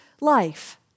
life